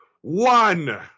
one